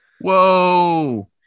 Whoa